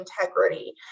integrity